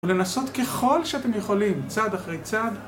ולנסות ככל שאתם יכולים, צעד אחרי צעד.